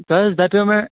تۄہہِ حظ دَپیٛو مےٚ